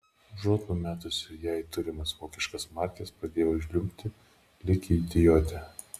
užuot numetusi jai turimas vokiškas markes pradėjau žliumbti lyg idiotė